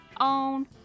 own